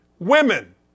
women